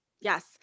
Yes